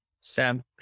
Sam